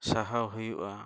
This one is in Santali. ᱥᱟᱦᱟᱣ ᱦᱩᱭᱩᱜᱼᱟ